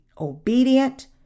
obedient